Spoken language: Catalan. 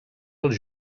els